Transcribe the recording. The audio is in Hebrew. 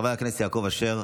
חבר הכנסת יעקב אשר?